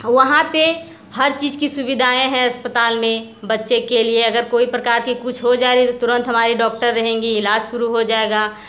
वहाँ पर हर चीज़ की सुविधाएँ हैं अस्पताल में बच्चे के लिए अगर कोई प्रकार की कुछ हो जाए तुरंत हमारे डॉक्टर रहेंगे इलाज़ शुरू हो जाएगा